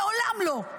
לעולם לא.